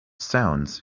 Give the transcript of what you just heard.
sounds